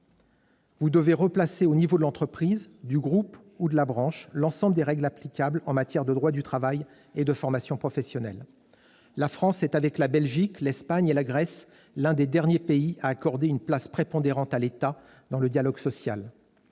Vous devez replacer à l'échelon de l'entreprise, du groupe ou de la branche l'ensemble des règles applicables en matière de droit du travail et de formation professionnelle. La France est, avec la Belgique, l'Espagne et la Grèce, l'un des derniers pays à accorder une place prépondérante à l'État dans le dialogue social.